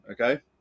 Okay